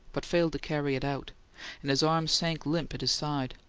but failed to carry it out and his arm sank limp at his side.